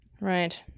Right